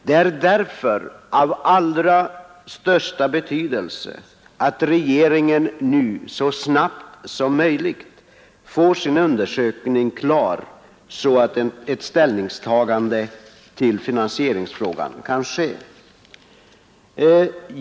Det är därför av allra största betydelse att regeringen nu så snart som möjligt får sin undersökning klar, så att ett ställningstagande till finansieringsfrågan kan ske.